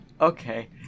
okay